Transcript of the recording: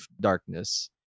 darkness